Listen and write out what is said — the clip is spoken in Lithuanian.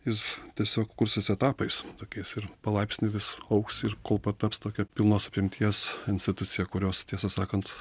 jis tiesiog kursis etapais tokiais ir palaipsniui vis augs ir kol pataps tokia pilnos apimties institucija kurios tiesą sakant